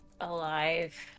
alive